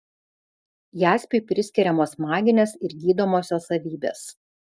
jaspiui priskiriamos maginės ir gydomosios savybės